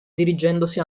dirigendosi